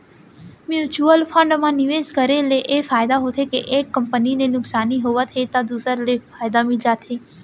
mutual fund म निवेस करे ले ए फायदा होथे के एक कंपनी ले नुकसानी होवत हे त दूसर ले फायदा मिल जाथे